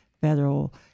federal